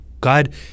God